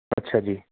ਅੱਛਾ ਜੀ